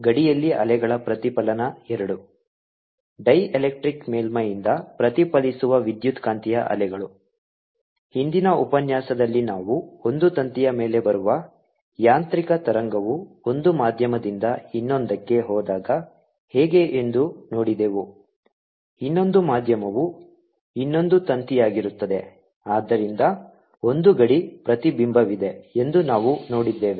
ಗಡಿಯಲ್ಲಿ ಅಲೆಗಳ ಪ್ರತಿಫಲನ II ಡೈಎಲೆಕ್ಟ್ರಿಕ್ ಮೇಲ್ಮೈಯಿಂದ ಪ್ರತಿಫಲಿಸುವ ವಿದ್ಯುತ್ಕಾಂತೀಯ ಅಲೆಗಳು ಹಿಂದಿನ ಉಪನ್ಯಾಸದಲ್ಲಿ ನಾವು ಒಂದು ತಂತಿಯ ಮೇಲೆ ಬರುವ ಯಾಂತ್ರಿಕ ತರಂಗವು ಒಂದು ಮಾಧ್ಯಮದಿಂದ ಇನ್ನೊಂದಕ್ಕೆ ಹೋದಾಗ ಹೇಗೆ ಎಂದು ನೋಡಿದೆವು ಇನ್ನೊಂದು ಮಾಧ್ಯಮವು ಇನ್ನೊಂದು ತಂತಿಯಾಗಿರುತ್ತದೆ ಆದ್ದರಿಂದ ಒಂದು ಗಡಿ ಪ್ರತಿಬಿಂಬವಿದೆ ಎಂದು ನಾವು ನೋಡಿದ್ದೇವೆ